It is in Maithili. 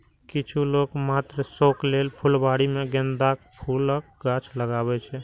किछु लोक मात्र शौक लेल फुलबाड़ी मे गेंदाक फूलक गाछ लगबै छै